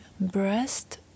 breast